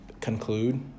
conclude